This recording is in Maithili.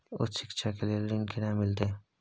उच्च शिक्षा के लेल ऋण केना मिलते?